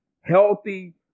healthy